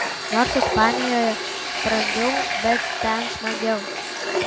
nors ispanijoje brangiau bet ten smagiau